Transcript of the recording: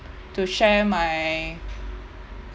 to share my